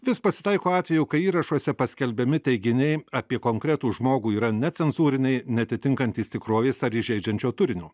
vis pasitaiko atvejų kai įrašuose paskelbiami teiginiai apie konkretų žmogų yra necenzūriniai neatitinkantys tikrovės ar įžeidžiančio turinio